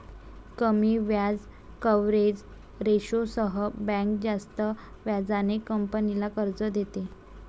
कमी व्याज कव्हरेज रेशोसह बँक जास्त व्याजाने कंपनीला कर्ज देते